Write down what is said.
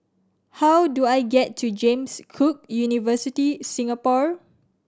how do I get to James Cook University Singapore